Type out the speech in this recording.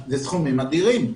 אלה סכומים אדירים.